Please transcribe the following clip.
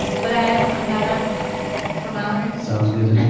would i have summed that up for mallory? sounds good to